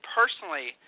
personally